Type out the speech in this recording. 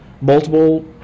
multiple